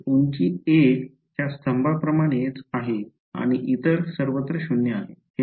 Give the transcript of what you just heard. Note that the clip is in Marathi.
तर ते उंची 1 च्या स्तंभाप्रमाणेच आहे आणि इतर सर्वत्र 0 आहे